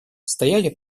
стояли